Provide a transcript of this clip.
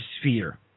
sphere